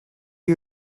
you